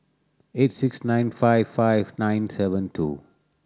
eight six nine five five nine seven two